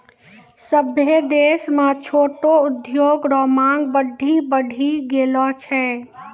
सभ्भे देश म छोटो उद्योग रो मांग बड्डी बढ़ी गेलो छै